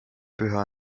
püha